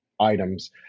items